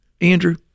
Andrew